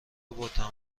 باتمام